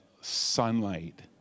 sunlight